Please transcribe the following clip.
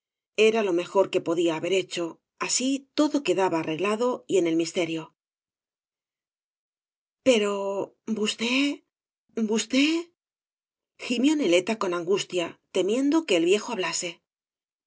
era lo mejor que podía haber hecho así todo quedaba arreglado y en el misterio pero vosté vosté gimió neleta con angustia temiendo que el viejo hablase